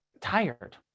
tired